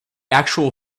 actual